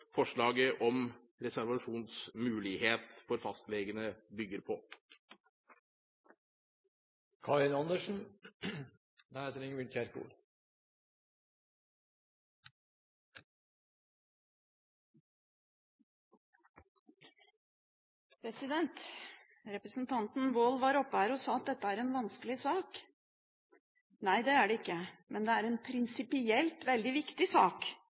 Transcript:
forslaget om reservasjonsmulighet for fastlegene bygger på. Representanten Wold sa at dette er en vanskelig sak. Nei, det er det ikke, men det er en prinsipielt veldig viktig sak.